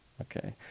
okay